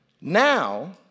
Now